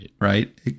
Right